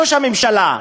ראש הממשלה?